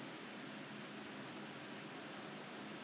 at that time 我好像 hardly 出门 leh 都没有出门 leh